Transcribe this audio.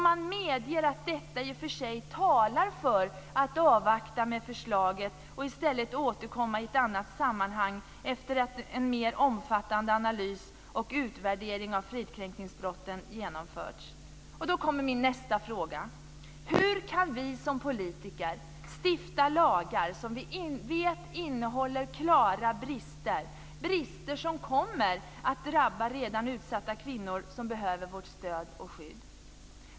Man medger också att detta i och för sig talar för att avvakta med förslaget och i stället återkomma i ett annat sammanhang efter att en mer omfattande analys och utvärdering av fridskränkningsbrotten genomförts. Då kommer min nästa fråga: Hur kan vi som politiker stifta lagar som vi vet innehåller klara brister, brister som kommer att drabba redan utsatta kvinnor som behöver vårt stöd och skydd?